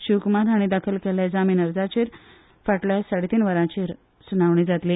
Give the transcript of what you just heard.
शिवकुमार हांणी दाखल केल्ल्या जामीन अर्जाचेर फाल्यां साडेतीन वरांचेर सुनावणी जातली